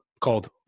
Called